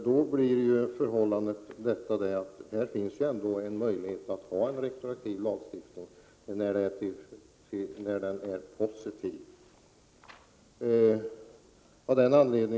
Här finns ju ändå möjlighet att ha en retroaktiv lagstiftning, eftersom den skulle vara positiv.